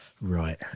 right